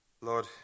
Lord